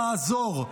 תעזור,